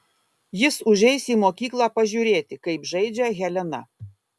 jis užeis į mokyklą pažiūrėti kaip žaidžia helena